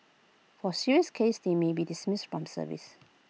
for serious cases they may be dismissed from service